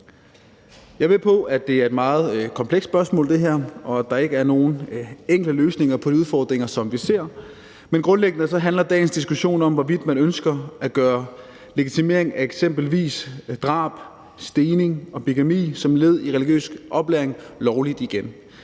er med på, at det her er et meget komplekst spørgsmål, og at der ikke er nogen enkle løsninger på de udfordringer, som vi ser, men grundlæggende handler dagens diskussion om, hvorvidt man ønsker at gøre legitimering af eksempelvis drab, stening og bigami som led i religiøs oplæring lovligt igen.